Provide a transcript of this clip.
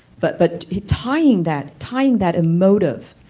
but but tying that tying that emotive,